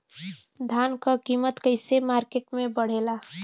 धान क कीमत कईसे मार्केट में बड़ेला?